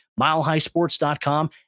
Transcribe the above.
milehighsports.com